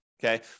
Okay